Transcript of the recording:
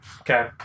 Okay